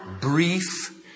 brief